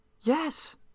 yes